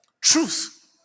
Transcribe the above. Truth